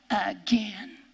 again